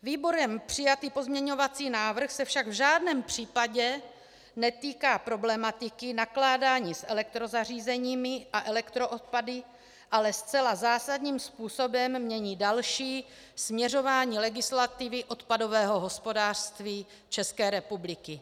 Výborem přijatý pozměňovací návrh se však v žádném případě netýká problematiky nakládání s elektrozařízeními a elektroodpady, ale zcela zásadním způsobem mění další směřování legislativy odpadového hospodářství České republiky.